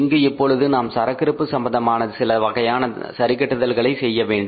இங்கு இப்பொழுது நாம் சரக்கிருப்பு சம்பந்தமாக சில வகையான சரிகட்டுதல்களை செய்ய வேண்டும்